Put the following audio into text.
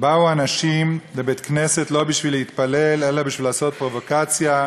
באו אנשים לבית-כנסת לא בשביל להתפלל אלא בשביל לעשות פרובוקציה.